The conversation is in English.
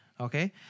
Okay